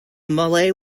malay